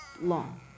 long